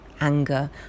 anger